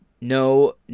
No